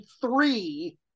three